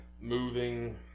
moving